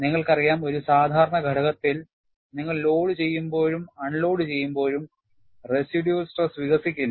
നിങ്ങൾക്കറിയാം ഒരു സാധാരണ ഘടകത്തിൽ നിങ്ങൾ ലോഡുചെയ്യുമ്പോഴും അൺലോഡുചെയ്യുമ്പോഴും റെസിഡ്യൂള് സ്ട്രെസ് വികസിക്കില്ല